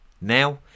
Now